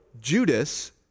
Judas